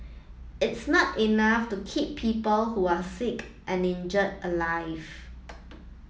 it's not enough to keep people who are sick and injured alive